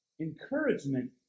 encouragement